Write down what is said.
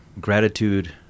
gratitude